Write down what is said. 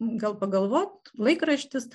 gal pagalvot laikraštis